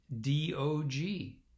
d-o-g